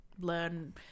learn